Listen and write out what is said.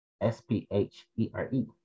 S-P-H-E-R-E